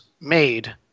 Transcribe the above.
made